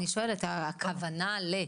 בסדר אני שואלת הכוונה ל..